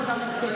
יש צבא מקצועי,